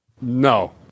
No